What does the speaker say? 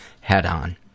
head-on